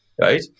right